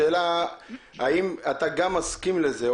השאלה האם אתה גם מסכים לזה,